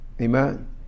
amen